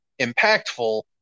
impactful